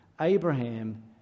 Abraham